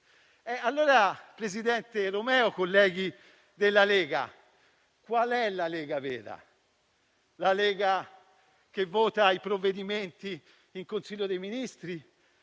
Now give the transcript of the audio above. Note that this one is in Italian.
Presidente Romeo, colleghi della Lega, qual è la vera Lega? È la Lega che vota i provvedimenti in Consiglio dei ministri?